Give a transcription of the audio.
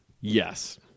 Yes